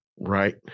Right